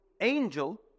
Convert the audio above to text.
angel